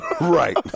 Right